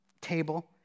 table